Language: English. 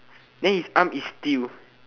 then his arm is steel